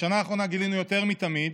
בשנה האחרונה גילינו יותר מתמיד